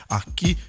aqui